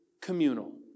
communal